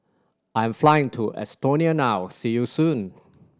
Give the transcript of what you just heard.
I am flying to Estonia now see you soon